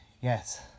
Yes